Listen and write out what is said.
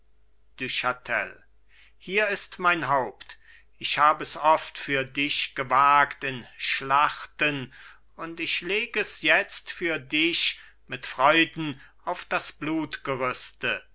hier ist mein haupt ich hab es oft für dich gewagt in schlachten und ich leg es jetzt für dich mit freuden auf das